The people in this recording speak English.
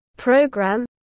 Program